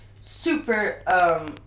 Super